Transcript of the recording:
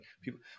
people